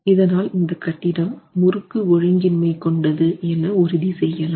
இதனால் இந்த கட்டிடம் முறுக்கு ஒழுங்கின்மை கொண்டது என உறுதி செய்யலாம்